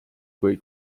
kui